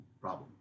problem